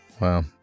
Wow